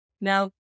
Now